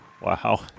Wow